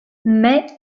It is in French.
may